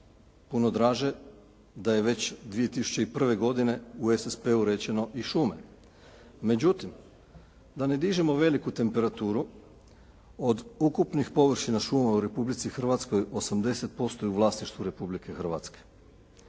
puno draže da je već 2001. godine u SSP-u rečeno i šume. Međutim da ne dižemo veliku temperaturu od ukupnih površina šuma u Republici Hrvatskoj 80% je u vlasništvu Republike Hrvatske.